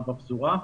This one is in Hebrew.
בפזורה.